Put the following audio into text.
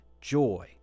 joy